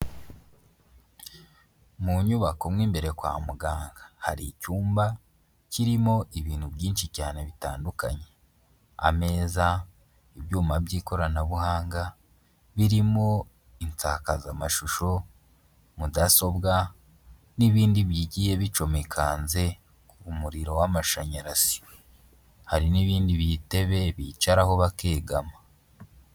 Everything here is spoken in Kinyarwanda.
Mu nyubako mo imbere kwa muganga hari icyumba kirimo ibintu byinshi cyane bitandukanye, ameza, ibyuma by'ikoranabuhanga birimo insakazamashusho, mudasobwa n'ibindi bigiye bicomekanze ku muriro w'amashanyarazi, hari n'ibindi bitebe bicaraho bakegama.